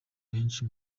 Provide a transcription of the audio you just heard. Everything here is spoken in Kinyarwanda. ahenshi